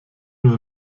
nur